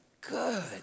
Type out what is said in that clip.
good